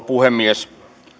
puhemies